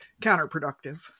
counterproductive